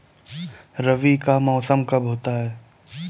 रबी का मौसम कब होता हैं?